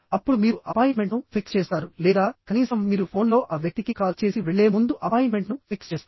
అప్పుడు మీరు అపాయింట్మెంట్ను ఫిక్స్ చేస్తారు లేదా కనీసం మీరు ఫోన్లో ఆ వ్యక్తికి కాల్ చేసి వెళ్ళే ముందు అపాయింట్మెంట్ను ఫిక్స్ చేస్తారు